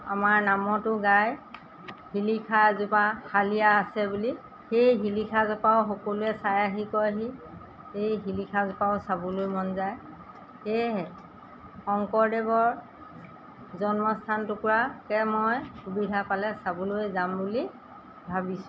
আমাৰ নামতো গাই শিলিখা জোপা হালিয়া আছে বুলি সেই শিলিখা জোপাও সকলোৱে চাই আহি কয়হি এই শিলিখাজোপাও চাবলৈ মন যায় সেয়েহে শংকৰদেৱৰ জন্মস্থান টুকুৰাকে মই সুবিধা পালে চাবলৈ যাম বুলি ভাবিছোঁ